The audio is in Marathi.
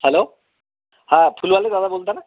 हॅलो हां फुलवाले दादा बोलता ना